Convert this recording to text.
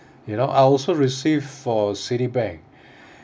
you know I also receive for citibank